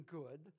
good